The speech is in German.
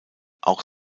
auch